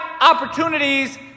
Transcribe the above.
opportunities